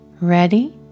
Ready